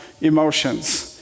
Emotions